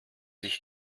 sich